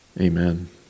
Amen